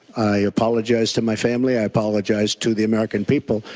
i apologize to my family, i apologized to the american people.